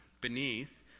beneath